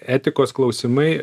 etikos klausimai